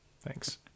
thanks